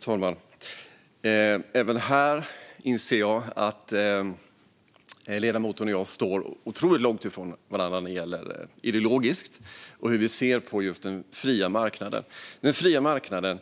Fru talman! Även här inser jag att ledamoten och jag står otroligt långt från varandra ideologiskt och när det gäller hur vi ser på just den fria marknaden. När den fria marknaden